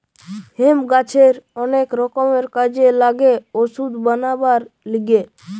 hemp গাছের অনেক রকমের কাজে লাগে ওষুধ বানাবার লিগে